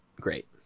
great